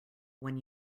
when